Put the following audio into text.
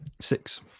six